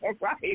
right